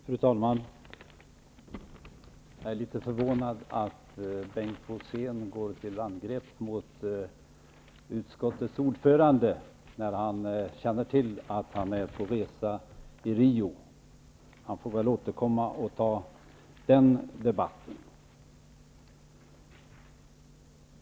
Fru talman! Jag är litet förvånad över att Bengt Rosén går till angrepp mot utskottets ordförande när han känner till att denne är på resa till Rio. Han får väl återkomma till den debatten.